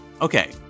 okay